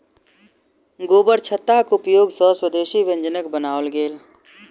गोबरछत्ताक उपयोग सॅ विदेशी व्यंजनक बनाओल गेल